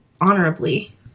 honorably